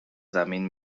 زمین